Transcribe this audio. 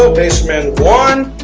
ah basement one